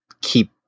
keep